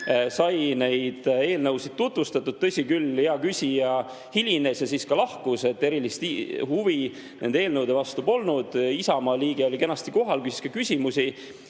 sai neid eelnõusid tutvustatud. Tõsi küll, hea küsija hilines ja siis ka lahkus, nii et erilist huvi nende eelnõude vastu polnud. Isamaa liige oli kenasti kohal, küsis küsimusi.